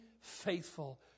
faithful